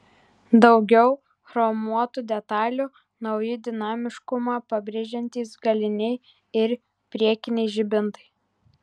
daugiau chromuotų detalių nauji dinamiškumą pabrėžiantys galiniai ir priekiniai žibintai